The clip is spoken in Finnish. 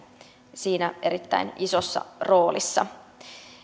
siinä erittäin isossa roolissa